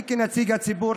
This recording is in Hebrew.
אני כנציג ציבור